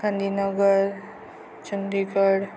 Gandhinagar Chandigarh